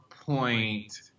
point